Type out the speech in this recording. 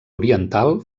oriental